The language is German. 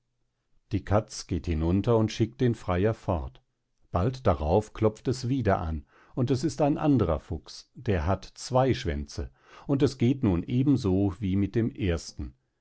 die katz geht hinunter und schickt den freier fort bald darauf klopft es wieder an und es ist ein anderer fuchs der hat zwei schwänze und es geht nun eben so wie mit dem ersten